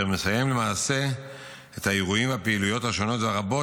אשר מסיים למעשה את האירועים והפעילויות השונות והרבות